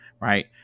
right